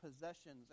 possessions